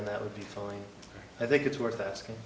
and that would be telling i think it's worth asking